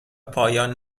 پایان